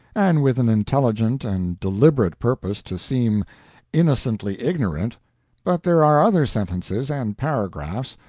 and with an intelligent and deliberate purposes to seem innocently ignorant but there are other sentences, and paragraphs,